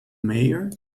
mayor